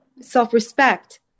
self-respect